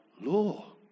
law